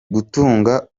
gutunga